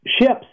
ships